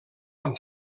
amb